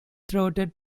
throated